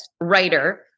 writer